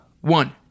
one